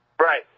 Right